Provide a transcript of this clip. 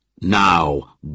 Now